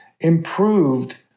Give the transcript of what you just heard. improved